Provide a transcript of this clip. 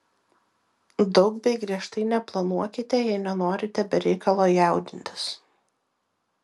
daug bei griežtai neplanuokite jei nenorite be reikalo jaudintis